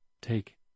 take